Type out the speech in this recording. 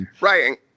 Right